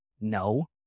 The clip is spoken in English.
No